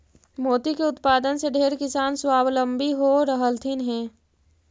मोती के उत्पादन से ढेर किसान स्वाबलंबी हो रहलथीन हे